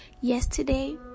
yesterday